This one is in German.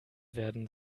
werden